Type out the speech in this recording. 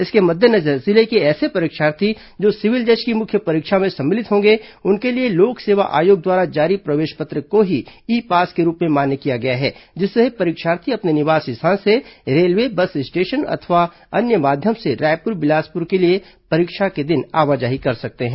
इसके मद्देनजर जिले के ऐसे परीक्षार्थी जो सिविल जज की मुख्य परीक्षा में सम्मिलित होंगे उनके लिए लोक सेवा आयोग द्वारा जारी प्रवेश पत्र को ही ई पास के रूप में मान्य किया गया है जिससे परीक्षार्थी अपने निवास स्थान से रेलवे बस स्टेशन अथवा अन्य माध्यम से रायपुर बिलासपुर के लिए परीक्षा के दिन आवाजाही कर सकते हैं